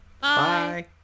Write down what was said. Bye